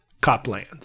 Copland